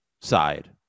side